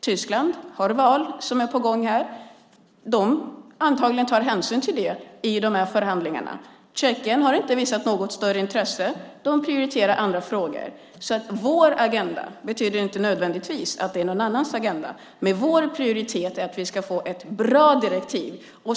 Tyskland har val på gång och tar antagligen hänsyn till det i dessa förhandlingar. Tjeckien har inte visat något större intresse utan prioriterar andra frågor. Att detta är vår agenda betyder inte nödvändigtvis att det någon annans agenda. Vår prioritering är att vi ska få ett bra direktiv.